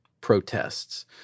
protests